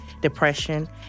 depression